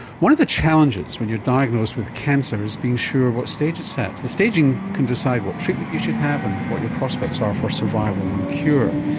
one of the challenges when you're diagnosed with cancer is being sure what stage it's at. the staging can decide what treatment you should have and what your prospects are for survival and cure.